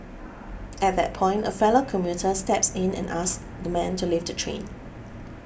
at that point a fellow commuter steps in and asks the man to leave the train